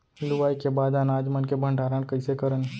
लुवाई के बाद अनाज मन के भंडारण कईसे करन?